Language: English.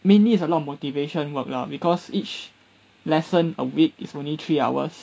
mainly is a lot of motivation work lah because each lesson a week is only three hours